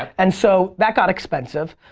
and so that got expensive.